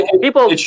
people